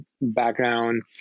background